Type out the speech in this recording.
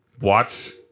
watch